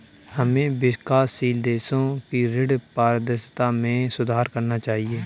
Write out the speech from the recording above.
हमें विकासशील देशों की ऋण पारदर्शिता में सुधार करना चाहिए